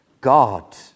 God